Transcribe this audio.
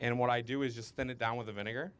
and what i do is just send it down with a vinegar